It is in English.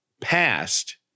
passed